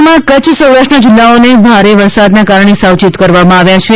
રાજ્યમાં કચ્છ સૌરાષ્ટ્રના જિલ્લાઓને ભારે વરસાદના કારણે સાવચેત કરવામાં આવ્યા છે